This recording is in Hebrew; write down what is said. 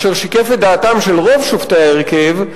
אשר שיקף את דעתם של רוב שופטי ההרכב,